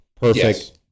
perfect